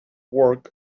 work